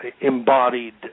embodied